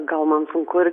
gal man sunku ir